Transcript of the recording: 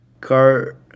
Car